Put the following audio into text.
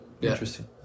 Interesting